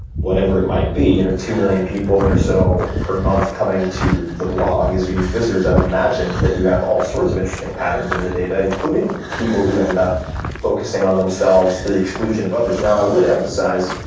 whatever it might be, you know two million people or so per month coming to the blog as you meet visitors, i would imagine that you have all sorts of interesting patterns in the data including people who end up focusing on themselves to the exclusion of others. now, i would emphasize,